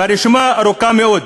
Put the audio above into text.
והרשימה ארוכה מאוד.